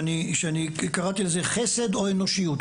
אני קראתי לו ׳חסד או אנושיות׳,